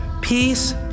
peace